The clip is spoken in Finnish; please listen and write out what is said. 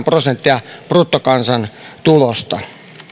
prosenttia bruttokansantulosta